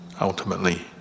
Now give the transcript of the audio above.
ultimately